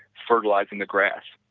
fertilizing the grass,